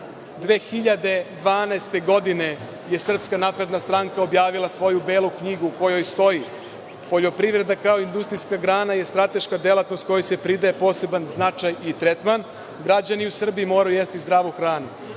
2012. godine objavila svoju belu knjigu u kojoj stoji - poljoprivreda kao industrijska grana je strateška delatnost kojoj se pridaje poseban značaj i tretman. Građani u Srbiji moraju jesti zdravu hranu.